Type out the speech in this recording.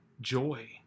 joy